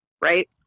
right